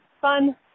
fun